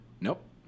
Nope